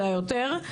אלא יותר.